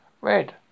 Red